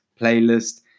playlist